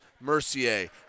Mercier